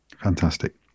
Fantastic